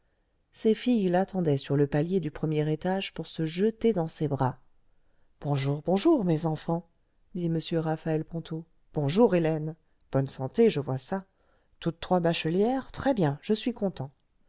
ses filles l'attendaient sur le palier du premier étage pour se jeter dans ses bras bonjour bonjour mes enfants dit m raphaël ponto bonjour hélène bonne santé je vois ça toutes trois bachelières très bien je suis content